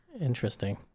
Interesting